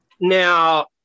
Now